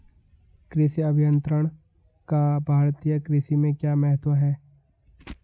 कृषि अभियंत्रण का भारतीय कृषि में क्या महत्व है?